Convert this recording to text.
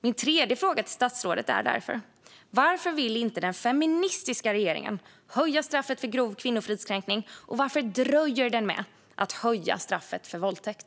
Min tredje fråga till statsrådet är därför: Varför vill inte den feministiska regeringen höja straffet för grov kvinnofridskränkning, och varför dröjer den med att höja straffet för våldtäkt?